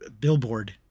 billboard